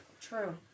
True